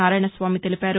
నారాయణస్వామి తెలిపారు